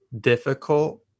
difficult